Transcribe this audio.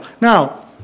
Now